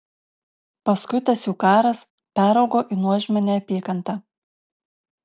paskui tas jų karas peraugo į nuožmią neapykantą